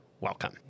welcome